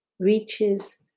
reaches